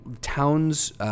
towns